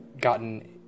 gotten